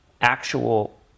actual